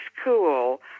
school